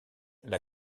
l’a